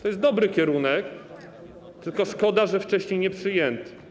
To jest dobry kierunek, tylko szkoda, że wcześniej nie został przyjęty.